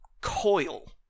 coil